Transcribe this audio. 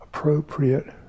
Appropriate